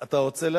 אתה רוצה,